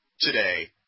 today